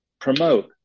promote